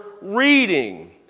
reading